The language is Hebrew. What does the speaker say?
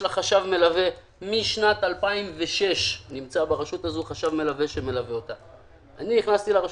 יש לה חשב מלווה משנת 2006. אני נכנסתי לרשות,